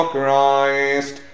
Christ